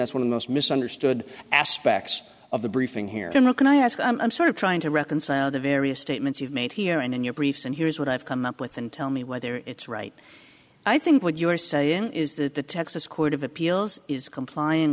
the most misunderstood aspects of the briefing here general can i ask i'm sort of trying to reconcile the various statements you've made here and in your briefs and here's what i've come up with and tell me whether it's right i think what you are saying is that the texas court of appeals is complying